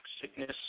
sickness